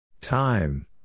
Time